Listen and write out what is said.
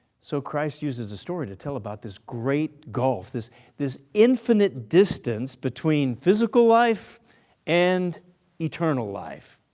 so christ uses a story to tell about this great gulf, this this infinite distance between physical life and eternal life.